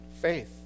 faith